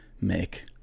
make